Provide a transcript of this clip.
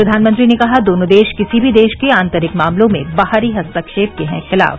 प्रधानमंत्री ने कहा दोनों देश किसी भी देश के आंतरिक मामलों में बाहरी हस्तक्षेप के हैं खिलाफ